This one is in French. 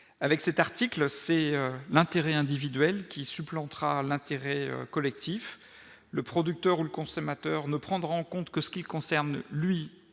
avec cet article, c'est l'intérêt individuel qui supplantera l'intérêt collectif, le producteur, le consommateur ne prendre en compte que ce qui concerne lui